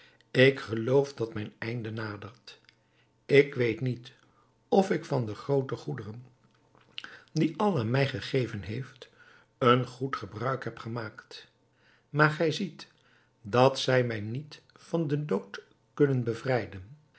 ik geloof dat mijn einde nadert ik weet niet of ik van de groote goederen die allah mij gegeven heeft een goed gebruik heb gemaakt maar gij ziet dat zij mij niet van den dood kunnen bevrijden